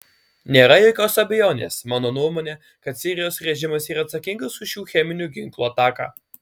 nėra jokios abejonės mano nuomone kad sirijos režimas yra atsakingas už šią cheminių ginklų ataką